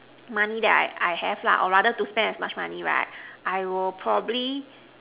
money that I I have lah or rather to spend as much money right I will probably